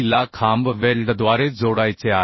ला खांब वेल्डद्वारे जोडायचे आहे